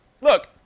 Look